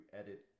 edit